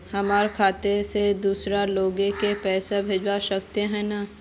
हमर खाता से दूसरा लोग के पैसा भेज सके है ने?